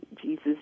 Jesus